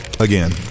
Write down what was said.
Again